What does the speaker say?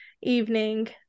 evening